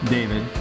David